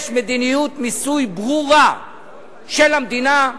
יש מדיניות מיסוי ברורה של מדינה,